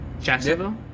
Jacksonville